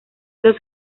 los